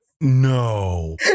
No